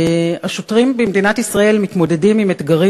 השוטרים במדינת ישראל מתמודדים עם אתגרים